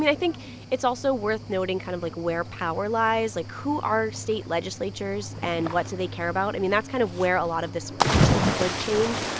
mean, i think it's also worth noting kind of, like, where power lies. like, who are state legislatures and what do they care about? i mean, that's kind of where a lot of this potentially could change.